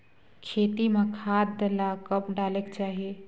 खेती म खाद ला कब डालेक चाही?